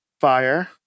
Fire